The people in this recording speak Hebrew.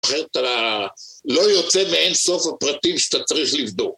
אחרת אתה לא יוצא מאין סוף הפרטים שאתה צריך לבדוק